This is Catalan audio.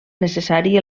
necessari